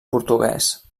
portuguès